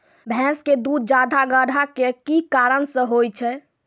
भैंस के दूध ज्यादा गाढ़ा के कि कारण से होय छै?